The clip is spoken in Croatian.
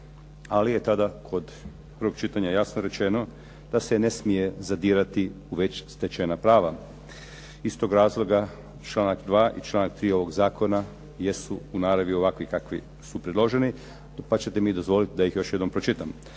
ali je tada kod prvog čitanja jasno rečeno da se ne smije zadirati u već stečena prava. Iz toga razloga članak 2. i članak 3. ovog zakona jesu u naravi ovakvi kakvi su predloženi, dapače dozvolite mi da ih još jedanput pročitam.